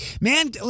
Man